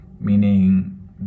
meaning